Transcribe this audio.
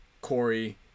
Corey